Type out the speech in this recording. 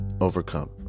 overcome